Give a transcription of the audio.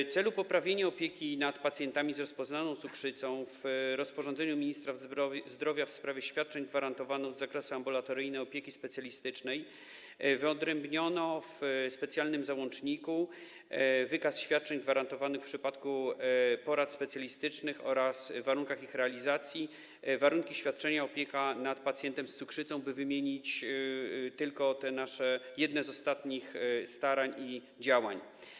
W celu poprawienia opieki nad pacjentami z rozpoznaną cukrzycą w rozporządzeniu ministra zdrowia w sprawie świadczeń gwarantowanych z zakresu ambulatoryjnej opieki specjalistycznej wyodrębniono w specjalnym załączniku „Wykaz świadczeń gwarantowanych w przypadku porad specjalistycznych oraz warunki ich realizacji” warunki świadczenia: opieka nad pacjentem z cukrzycą, by wymienić tylko te nasze jedne z ostatnich starań i działań.